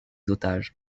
otages